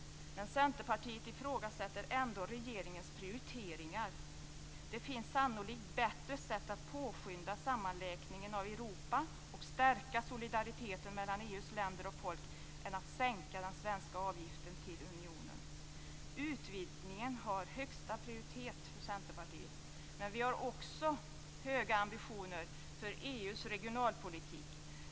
Men Centerpartiet ifrågasätter ändå regeringens prioriteringar. Det finns sannolikt bättre sätt att påskynda sammanläkningen av Europa och stärka solidariteten mellan EU:s länder och folk än att sänka den svenska avgiften till unionen. Utvidgningen har högsta prioritet för Centerpartiet. Men vi har också höga ambitioner för EU:s regionalpolitik.